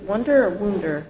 wonder wonder